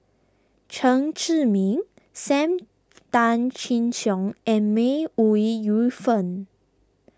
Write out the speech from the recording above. Chen Zhiming Sam Tan Chin Siong and May Ooi Yu Fen